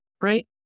right